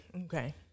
Okay